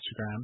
Instagram